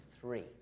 three